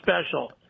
special